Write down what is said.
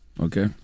Okay